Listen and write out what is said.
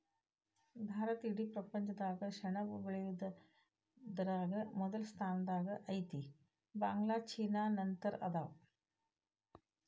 ಭಾರತಾ ಇಡೇ ಪ್ರಪಂಚದಾಗ ಸೆಣಬ ಬೆಳಿಯುದರಾಗ ಮೊದಲ ಸ್ಥಾನದಾಗ ಐತಿ, ಬಾಂಗ್ಲಾ ಚೇನಾ ನಂತರ ಅದಾವ